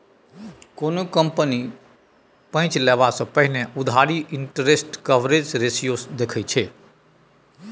कोनो कंपनी पैंच लेबा सँ पहिने उधारी इंटरेस्ट कवरेज रेशियो देखै छै